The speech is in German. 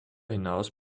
hinaus